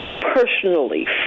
personally